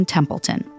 Templeton